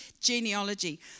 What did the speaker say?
genealogy